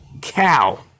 cow